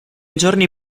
giorni